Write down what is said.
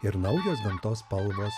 ir naujos gamtos spalvos